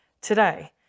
today